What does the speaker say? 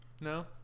No